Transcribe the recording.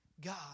God